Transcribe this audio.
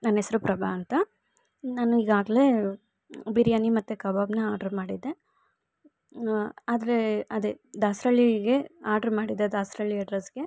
ನನ್ನ ಹೆಸ್ರು ಪ್ರಭಾ ಅಂತ ನಾನು ಈಗಾಗಲೇ ಬಿರ್ಯಾನಿ ಮತ್ತೆ ಕಬಾಬ್ನ ಆರ್ಡ್ರ್ ಮಾಡಿದ್ದೆ ಆದರೆ ಅದೆ ದಾಸರಳ್ಳಿಗೆ ಆರ್ಡ್ರ್ ಮಾಡಿದ್ದೆ ದಾಸರಳ್ಳಿ ಅಡ್ರಸ್ಗೆ